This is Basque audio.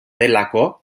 delako